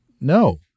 no